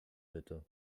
bitte